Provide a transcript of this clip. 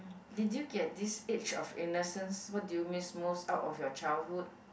did you get this age of innocence what do you miss most out of your childhood